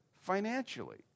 financially